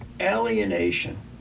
alienation